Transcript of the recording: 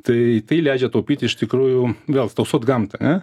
tai tai leidžia taupyt iš tikrųjų vėl tausot gamtą ane